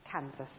Kansas